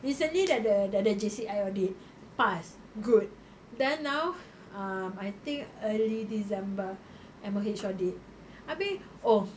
recently dah ada dah ada J_C_I audit pass good then now um I think early december M_O_H audit abeh oh